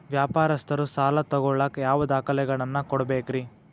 ವ್ಯಾಪಾರಸ್ಥರು ಸಾಲ ತಗೋಳಾಕ್ ಯಾವ ದಾಖಲೆಗಳನ್ನ ಕೊಡಬೇಕ್ರಿ?